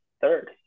third